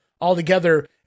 altogether